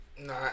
No